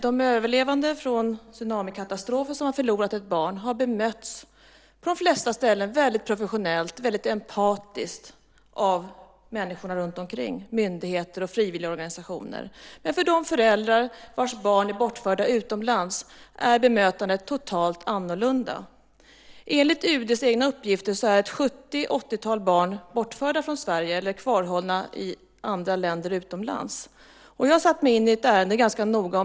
De överlevande från tsunamikatastrofen som förlorat ett barn har på de flesta ställen bemötts väldigt professionellt och empatiskt av människor runtomkring, myndigheter och frivilligorganisationer. Men för de föräldrar vars barn är bortförda utomlands är bemötandet totalt annorlunda. Enligt UD:s egna uppgifter är ett 70-80-tal barn bortförda från Sverige eller kvarhållna utomlands. Jag har satt mig in i ett ärende ganska noga.